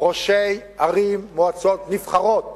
ראשי ערים ומועצות נבחרות